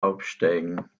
aufsteigen